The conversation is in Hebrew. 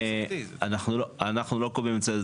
אנחנו לא קובעים את סדר העדיפויות.